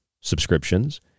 subscriptions